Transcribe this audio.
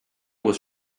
was